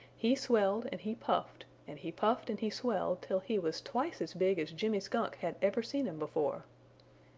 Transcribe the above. he swelled and he puffed and he puffed and he swelled, till he was twice as big as jimmy skunk had ever seen him before.